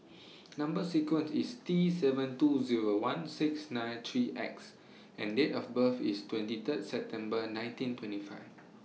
Number sequence IS T seven two Zero one six nine three X and Date of birth IS twenty Third September nineteen twenty five